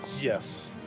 Yes